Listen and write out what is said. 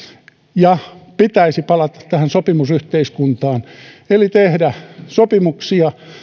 ja pitäisi palata sopimusyhteiskuntaan eli tehdä sopimuksia